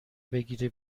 بگیره